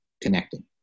connecting